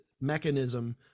mechanism